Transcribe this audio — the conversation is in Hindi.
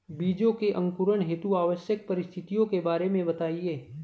बीजों के अंकुरण हेतु आवश्यक परिस्थितियों के बारे में बताइए